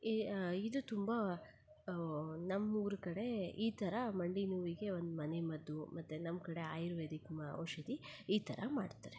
ಇದು ತುಂಬ ನಮ್ಮೂರ ಕಡೆ ಈ ಥರ ಮಂಡಿ ನೋವಿಗೆ ಒಂದು ಮನೆಮದ್ದು ಮತ್ತು ನಮ್ಮ ಕಡೆ ಆಯುರ್ವೇದಿಕ್ ಮ ಔಷಧಿ ಈ ಥರ ಮಾಡ್ತಾರೆ